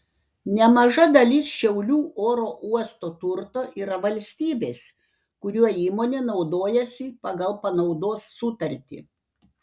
nemaža dalis šiaulių oro uosto turto yra valstybės kuriuo įmonė naudojasi pagal panaudos sutartį